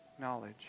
knowledge